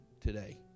today